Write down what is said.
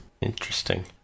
Interesting